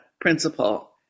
principle